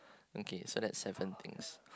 okay so that's seven things